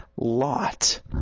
lot